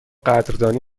قدردانی